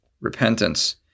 repentance